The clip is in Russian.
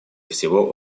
всего